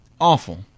awful